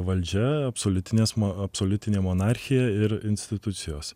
valdžia absoliutinės absoliutinė monarchija ir institucijos